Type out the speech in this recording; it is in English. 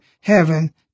heaven